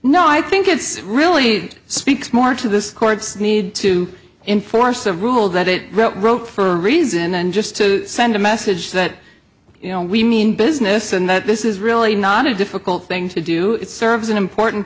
no i think it's really speaks more to this court's need to enforce a rule that it wrote for a reason and just to send a message that you know we mean business and that this is really not a difficult thing to do it serves an important